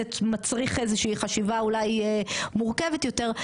מצריך איזושהי חשיבה אולי מורכבת יותר,